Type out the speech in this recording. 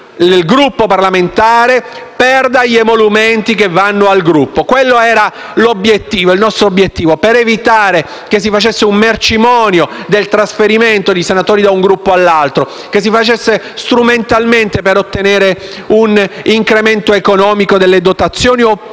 il Gruppo parlamentare perda gli emolumenti che vanno al Gruppo. Quello era il nostro obiettivo, per evitare che si facesse un mercimonio del trasferimento di senatori da un Gruppo all'altro; che lo si facesse strumentalmente per ottenere un incremento economico delle dotazioni oppure